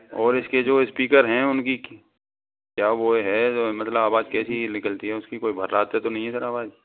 और इसके जो स्पीकर हैं उनकी क्या वो है जो मतलब आवाज कैसी निकलती है उसकी कोई भरराते तो नहीं है सर आवाज